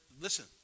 Listen